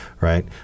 right